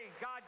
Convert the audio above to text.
God